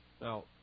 Now